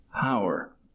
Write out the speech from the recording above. power